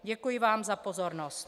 Děkuji vám za pozornost.